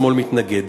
השמאל מתנגד,